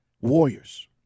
Warriors